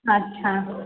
अच्छा